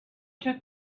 took